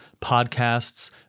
podcasts